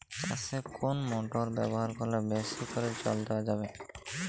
চাষে কোন মোটর ব্যবহার করলে বেশী করে জল দেওয়া যাবে?